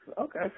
Okay